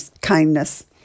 kindness